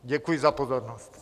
Děkuji za pozornost.